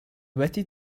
wedi